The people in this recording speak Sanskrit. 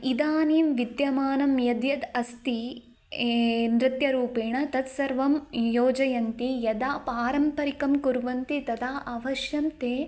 इदानीं विद्यमानं यद् यद् अस्ति ये नृत्यरूपेण तत् सर्वं योजयन्ति यदा पारम्परिकं कुर्वन्ति तदा अवश्यं ते